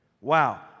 Wow